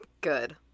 Good